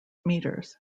metres